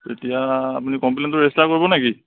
তেতিয়া আপুনি কম্পলেনটো ৰেজিষ্টাৰ কৰিব নে কি